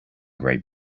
great